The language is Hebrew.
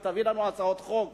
היא תביא לנו הצעות חוק